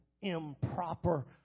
improper